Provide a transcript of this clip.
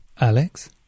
Alex